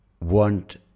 want